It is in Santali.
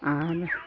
ᱟᱨ